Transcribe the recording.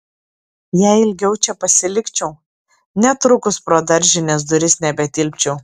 jei ilgiau čia pasilikčiau netrukus pro daržinės duris nebetilpčiau